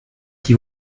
qui